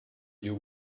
you